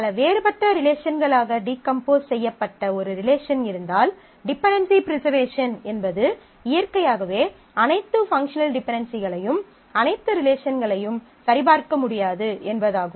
பல வேறுபட்ட ரிலேஷன்களாக டீகம்போஸ் செய்யப்பட்ட ஒரு ரிலேஷன் இருந்தால் டிபென்டென்சி ப்ரிசர்வேஷன் என்பது இயற்கையாகவே அனைத்து பங்க்ஷனல் டிபென்டென்சிகளையும் அனைத்து ரிலேஷன்களிலும் சரிபார்க்க முடியாது என்பதாகும்